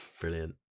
brilliant